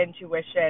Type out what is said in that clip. intuition